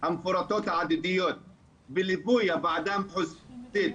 המפורטות העתידיות בליווי הוועדה המחוזית,